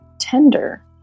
tender